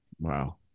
Wow